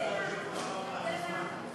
אי-אמון בממשלה לא נתקבלה.